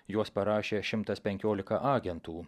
juos parašė šimtas penkiolika agentų